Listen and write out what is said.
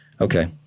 okay